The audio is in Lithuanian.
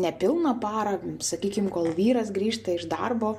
nepilną parą sakykim kol vyras grįžta iš darbo